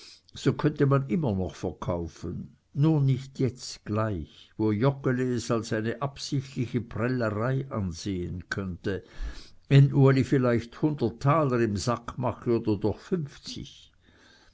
so konnte man immer noch verkaufen nur nicht jetzt gleich wo joggeli es als eine absichtliche prellerei ansehen könnte wenn uli vielleicht hundert taler in sack mache oder doch fünfzig